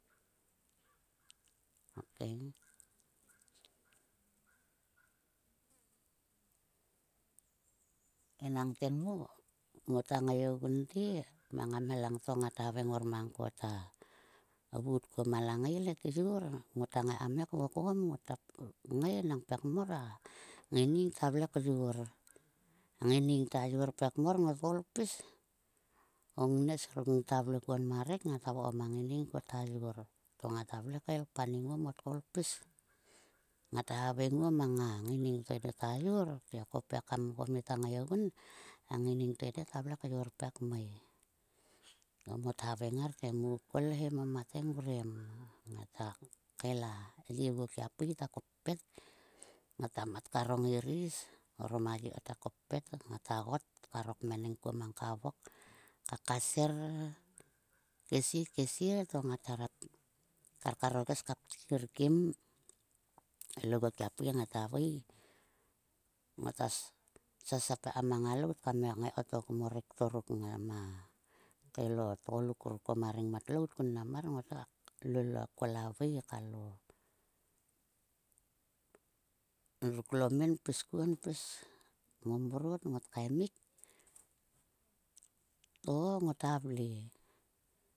enang tenmo ngota ngaigunte, mang a mhel lang to ngat haveng ngor mang ko ta vuut kuo ma langail he tyor. Ngota ngai kam ngai kvokom. Ngota ngai nang pekmor a ngaining ta vle kyor. A ngaining ta yor pekmor ngot koul pis. O ngnes ruk ngata vle kuon ma rek. Ngata vokom a ngainging ko ta yor. To ngat kal i paneng muo mot koul kpis ngata haveng nguo mang a ngaining to edo ta yor te ko pekam ko meta ngaigun. A ngaining to eda ta vle kyor pekmei. To mota haveng ngar te mu kol he mamat he ngor em. Ngata kael a ye ogua kia pui ta koppet. Ngata mat karo ngairis orom a ye ko ta koppet. Ngata got karo kmeneng kuo mang ka vok. Kakaser kesie kesie to ngat hera karkar o ges. ptir kim. El oguo ma pui ngata vui. Ngota sasap ekam a ngailout kam ngai kotok mo rektor ruk ngama kael o tgoluk ruk ko ma rengmat lout kun mnan mar. Ngota lol kol a vui kalo. endruk lomin pis kuon pis mrot ngot kaemik to ngota vle.